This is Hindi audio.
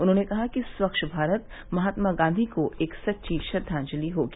उन्होंने कहा कि स्वच्छ भारत महात्मा गांधी को एक सच्ची श्रद्वांजलि होगी